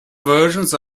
versions